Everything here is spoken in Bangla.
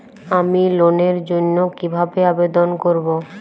আমি লোনের জন্য কিভাবে আবেদন করব?